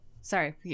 Sorry